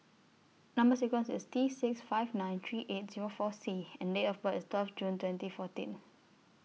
Number sequence IS T six five nine three eight Zero four C and Date of birth IS twelve June twenty fourteen